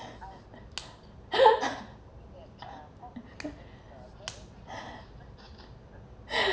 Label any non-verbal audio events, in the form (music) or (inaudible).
(laughs) (breath)